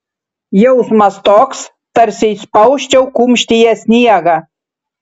jausmas toks tarsi spausčiau kumštyje sniegą